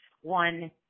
one